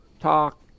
talk